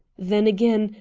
then, again,